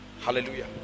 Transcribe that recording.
hallelujah